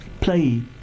play